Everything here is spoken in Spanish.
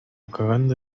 cagando